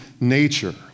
nature